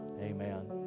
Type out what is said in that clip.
Amen